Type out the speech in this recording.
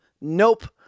Nope